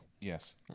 Yes